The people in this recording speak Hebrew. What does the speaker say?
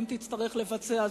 ואם תצטרך לבצע,